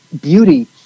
beauty